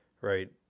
right